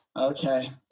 Okay